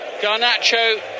garnacho